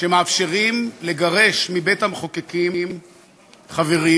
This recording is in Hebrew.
שמאפשרים לגרש מבית-המחוקקים חברים,